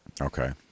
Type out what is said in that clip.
Okay